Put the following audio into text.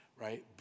right